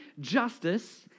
justice